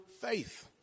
faith